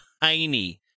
tiny